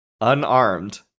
unarmed